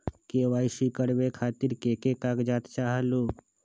KYC करवे खातीर के के कागजात चाहलु?